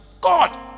God